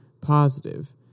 positive